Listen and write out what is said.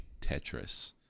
Tetris